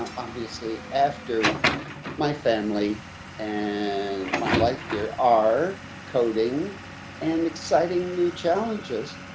obviously after my family and my life here are coding and exciting new challenges.